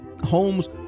homes